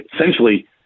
essentially